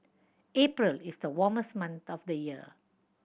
April is the warmest month of the year